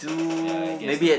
ya I guess the